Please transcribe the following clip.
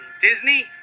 Disney